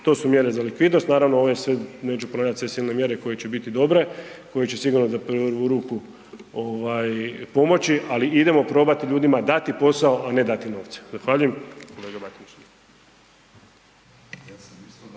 To su mjere za likvidnost. Naravno, ove sve međupronacesilne mjere koje će biti dobre, koje će sigurno za prvu ruku ovaj pomoći, ali idemo probati ljudima dati posao, a ne dati novce. Zahvaljujem.